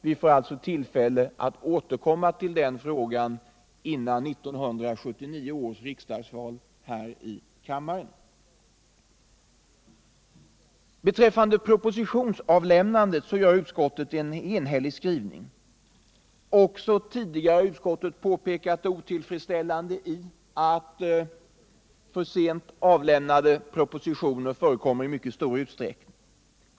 Vi får alltså tillfälle att här i kammaren återkomma till den frågan före 1979 års val. Beträffande propositionsavlämnandet har utskottet en enhällig skrivning. Också tidigare har utskottet påpekat det otillfredsställande i att propositioner i alltför stor utsträckning avlämnas för sent.